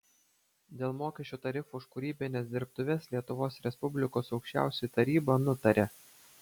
dėl mokesčių tarifų už kūrybines dirbtuves lietuvos respublikos aukščiausioji taryba nutaria